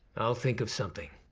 i'll think of something.